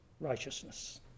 righteousness